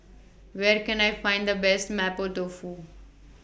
Where Can I Find The Best Mapo Tofu